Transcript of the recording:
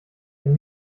wenn